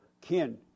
Ken